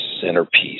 centerpiece